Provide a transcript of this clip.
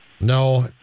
no